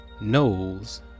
knows